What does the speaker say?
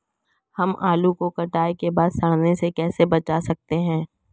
हम आलू को कटाई के बाद सड़ने से कैसे बचा सकते हैं?